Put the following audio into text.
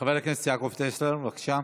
חבר הכנסת יעקב טסלר, בבקשה.